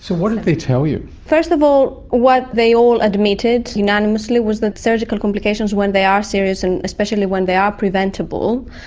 so what did they tell you? first of all, what they all admitted unanimously was that surgical complications when they are serious, and especially when they are preventable,